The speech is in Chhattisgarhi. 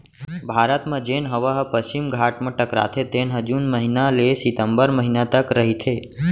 भारत म जेन हवा ह पस्चिम घाट म टकराथे तेन ह जून महिना ले सितंबर महिना तक रहिथे